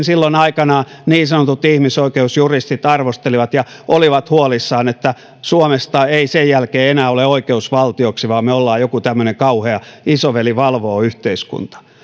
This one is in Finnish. silloin aikanaan niin sanotut ihmisoikeusjuristit arvostelivat ja olivat huolissaan että suomesta ei sen jälkeen enää ole oikeusvaltioksi vaan me olemme joku tämmöinen kauhea isoveli valvoo yhteiskunta